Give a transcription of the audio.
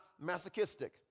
masochistic